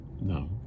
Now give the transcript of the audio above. No